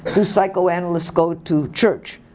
do psychoanalysts go to church?